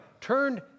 turned